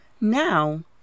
Now